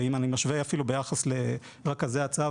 ואם אני משווה אפילו ביחס לרכזי הצעה,